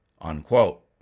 unquote